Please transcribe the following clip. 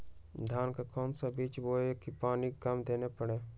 धान का कौन सा बीज बोय की पानी कम देना परे?